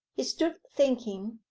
he stood thinking,